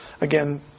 Again